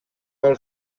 pel